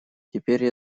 теперь